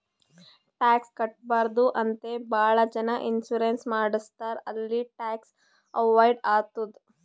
tax ಕಟ್ಬಾರ್ದು ಅಂತೆ ಭಾಳ ಜನ ಇನ್ಸೂರೆನ್ಸ್ ಮಾಡುಸ್ತಾರ್ ಅಲ್ಲಿ ಟ್ಯಾಕ್ಸ್ ಅವೈಡ್ ಆತ್ತುದ್